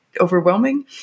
overwhelming